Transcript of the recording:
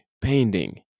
painting